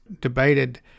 debated